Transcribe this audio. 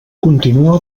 continua